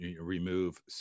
remove